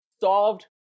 solved